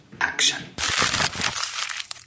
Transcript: action